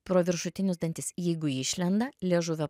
pro viršutinius dantis jeigu išlenda liežuvio